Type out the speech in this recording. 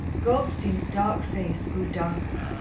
goldstein's dark face grew darker.